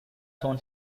shown